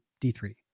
d3